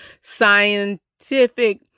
scientific